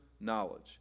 knowledge